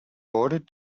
bordered